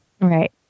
Right